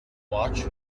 watch